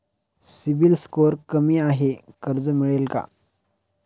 CIBIL score कमी आहे कर्ज मिळेल का?